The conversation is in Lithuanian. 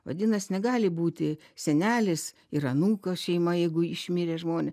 vadinas negali būti senelis ir anūko šeima jeigu išmirė žmonė